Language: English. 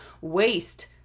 waste